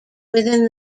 within